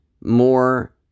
more